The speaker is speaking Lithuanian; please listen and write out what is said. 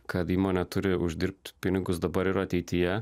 kad įmonė turi uždirbt pinigus dabar ir ateityje